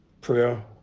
prayer